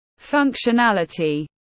functionality